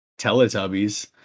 Teletubbies